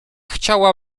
chciała